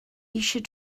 eisiau